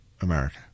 America